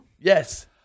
yes